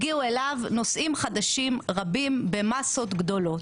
הגיעו אליו נושאים חדשים רבים במסות גדולות.